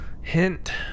Hint